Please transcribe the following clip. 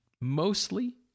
mostly